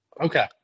Okay